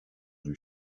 rue